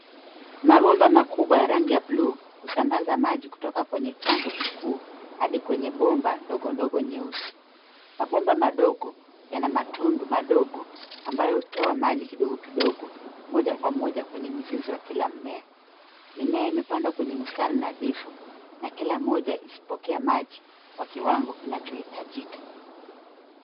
Mabomba makubwa ya rangi ya bluu husambaza maji kutoka kwenye chanzo kikuu hadi kwenye bomba ndogo ndogo nyeusi. Mabomba madogo yana matundu madogo ambayo hutoa maji kidogo kidogo moja kwa moja kwenye mzizi wa kila mmea. Mimea imepandwa kwenye mistari nadhifu na kila moja ikipokea maji kwa kiwango kinachohitajika.